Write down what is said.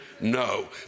No